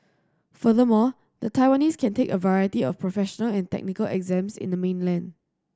furthermore the Taiwanese can take a variety of professional and technical exams in the mainland